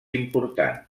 important